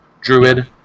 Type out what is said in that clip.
Druid